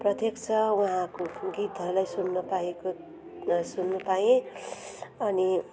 प्रत्यक्ष उहाँको गीतहरूलाई सुन्नपाएको सुन्न पाएँ अनि